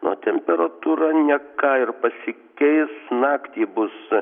o temperatūra ne ką ir pasikeis naktį bus